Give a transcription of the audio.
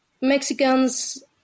Mexicans